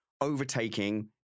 overtaking